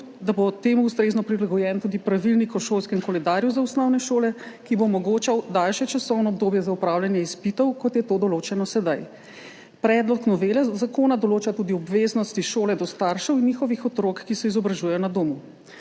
da bo temu ustrezno prilagojen tudi pravilnik o šolskem koledarju za osnovne šole, ki bo omogočal daljše časovno obdobje za opravljanje izpitov, kot je to določeno sedaj. Predlog novele zakona določa tudi obveznosti šole do staršev in njihovih otrok, ki se izobražujejo na domu.